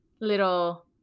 little